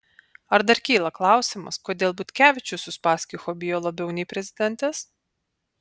ar dar kyla klausimas kodėl butkevičius uspaskicho bijo labiau nei prezidentės